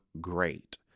great